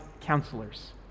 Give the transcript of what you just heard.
counselors